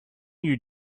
you